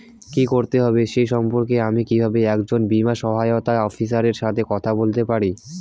কী করতে হবে সে সম্পর্কে আমি কীভাবে একজন বীমা সহায়তা অফিসারের সাথে কথা বলতে পারি?